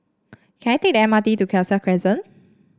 can I take the M R T to Khalsa Crescent